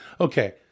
Okay